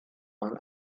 man